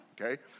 okay